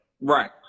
Right